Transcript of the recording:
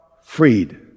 freed